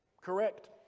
correct